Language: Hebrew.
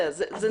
זה נורא.